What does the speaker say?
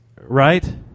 right